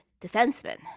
defenseman